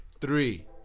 three